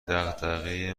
دغدغه